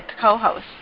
co-host